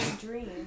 dream